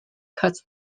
cuts